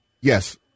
Yes